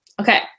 Okay